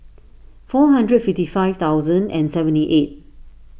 four hundred fifty five thousand and seventy eight